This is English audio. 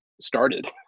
started